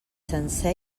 sencer